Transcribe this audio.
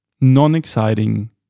non-exciting